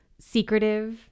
secretive